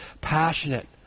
passionate